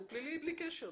הוא פלילי בלי קשר.